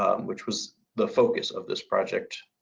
um which was the focus of this project.